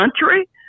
country